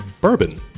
bourbon